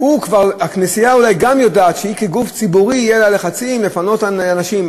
הכנסייה אולי גם יודעת שכגוף ציבורי יהיו עליה לחצים לפנות אנשים.